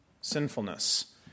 sinfulness